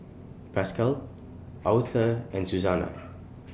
Pascal Authur and Suzanna